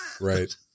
Right